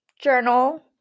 journal